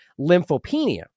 lymphopenia